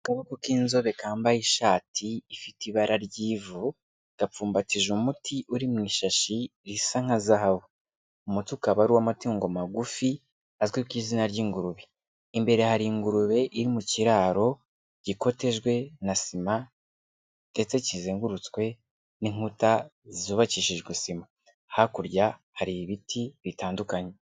Akaboko k'inzobe kambaye ishati ifite ibara ry'ivu, gapfumbatije umuti uri mu ishashi risa nka zahabu, umuti ukaba ari uw'amatungo magufi azwi ku izina ry'ingurube, imbere hari ingurube iri mu kiraro, gikotejwe na sima ndetse kizengurutswe n'inkuta zubakishijwe sima, hakurya hari ibiti bitandukanye.